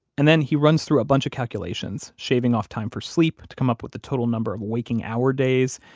and then he runs through a bunch of calculations, shaving off time for sleep, to come up with the total number of waking hour days.